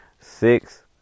six